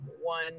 one